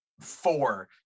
Four